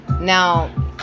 Now